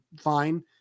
fine